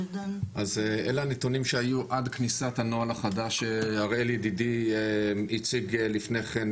אלה הנתונים שהיו עד כניסת הנוהל החדש שהראל ידידי הציג לפני כן,